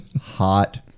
hot